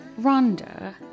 Rhonda